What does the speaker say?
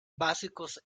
básicos